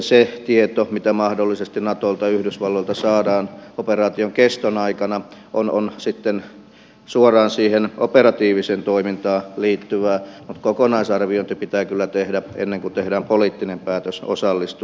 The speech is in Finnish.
se tieto mitä mahdollisesti natolta yhdysvalloilta saadaan operaation keston aikana on sitten suoraan siihen operatiiviseen toimintaan liittyvää mutta kokonaisarviointi pitää kyllä tehdä ennen kuin tehdään poliittinen päätös osallistua